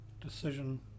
decision